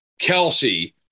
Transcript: Kelsey